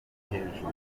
hejuru